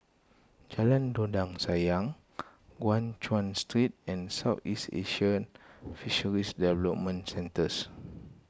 Jalan Dondang Sayang Guan Chuan Street and Southeast Asian Fisheries Development Centres